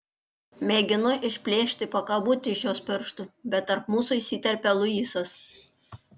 mėginu išplėšti pakabutį iš jos pirštų bet tarp mūsų įsiterpia luisas